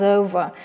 over